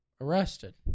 Arrested